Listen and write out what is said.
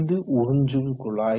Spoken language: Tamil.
இது உறிஞ்சும் குழாய்